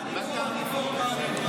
אני פה, קרעי.